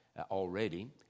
already